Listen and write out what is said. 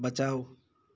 बचाउ